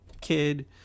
kid